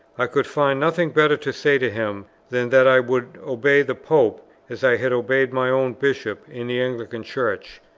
i could find nothing better to say to him than that i would obey the pope as i had obeyed my own bishop in the anglican church.